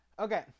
Okay